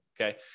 okay